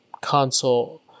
console